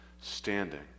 standing